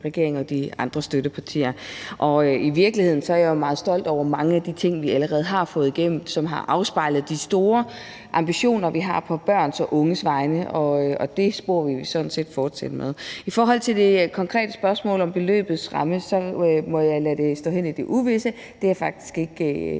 regeringen og de andre støttepartier. I virkeligheden er jeg meget stolt over mange af de ting, vi allerede har fået gennem, som har afspejlet de store ambitioner, vi har på børns og unges vegne, og det spor vil vi sådan set fortsætte med. I forhold til det konkrete spørgsmål om beløbets ramme må jeg lade det stå hen i det uvisse. Jeg er faktisk ikke